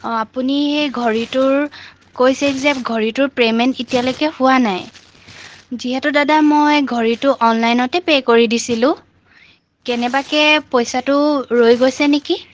অঁ আপুনি সেই ঘড়ীটোৰ কৈছিল যে ঘড়ীটোৰ পেইমেণ্ট এতিয়ালৈকে হোৱা নাই যিহেতু দাদা মই ঘড়ীটো অনলাইনতে পে' কৰি দিছিলোঁ কেনেবাকৈ পইচাটো ৰৈ গৈছে নেকি